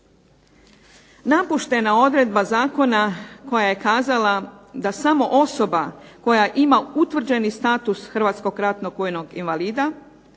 Napuštena odredba zakona koja je kazala da samo osoba koja ima utvrđeni status Hrvatskog ratnog vojnog invalida